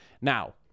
Now